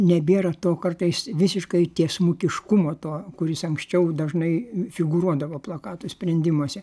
nebėra to kartais visiškai tiesmukiškumo to kuris anksčiau dažnai figūruodavo plakatų sprendimuose